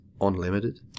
unlimited